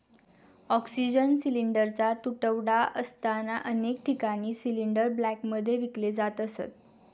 oxygen सिलिंडरचा तुटवडा असताना अनेक ठिकाणी सिलिंडर ब्लॅकमध्ये विकले जात असत